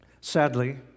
Sadly